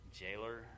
jailer